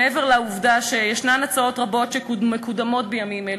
מעבר לעובדה שהצעות רבות מקודמות בימים אלה,